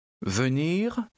Venir